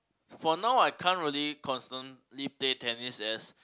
for now I can't really constantly play tennis as